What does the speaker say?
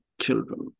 children